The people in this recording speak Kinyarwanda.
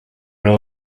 nawe